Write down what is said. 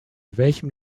welchem